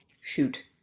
shoot